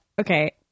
Okay